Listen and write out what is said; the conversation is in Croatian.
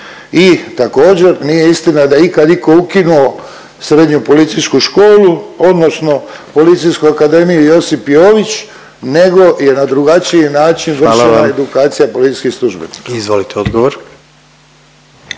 I također, nije istina da je ikad itko ukinuo srednju policijsku školu odnosno Policijsku akademiju Josip Jović nego je na drugačiji način vršena … …/Upadica predsjednik: Hvala